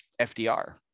fdr